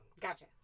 Gotcha